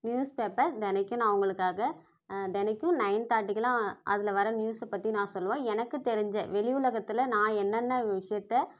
news paper தெனக்கும் நான் அவங்களுக்காக தெனக்கும் நயன் தேர்ட்டிக்கல்லாம் அதில் வர நியூஸை பற்றி நான் சொல்லுவேன் எனக்கு தெரிஞ்ச வெளி உலகத்தில் நான் என்னென்ன விஷயத்தை